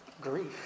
Grief